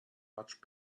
much